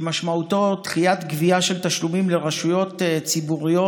שמשמעותו דחיית גבייה של תשלומים לרשויות ציבוריות